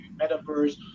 metaverse